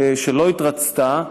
שלא התרצתה,